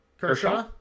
Kershaw